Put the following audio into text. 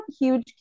huge